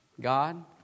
God